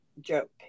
joke